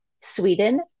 Sweden